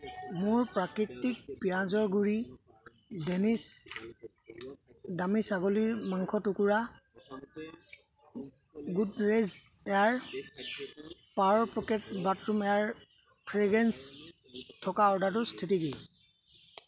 মোৰ প্ৰাকৃতিক পিঁয়াজৰ গুড়ি ডেনিছ দামী ছাগলীৰ মাংসৰ টুকুৰা Godrej air power pocket bathroom air fragrance থকা অৰ্ডাৰটোৰ স্থিতি কি